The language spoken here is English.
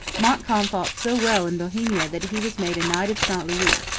montcalm fought so well in bohemia that he was made a knight of st louis.